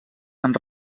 han